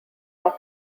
are